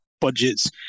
budgets